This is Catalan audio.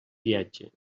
viatge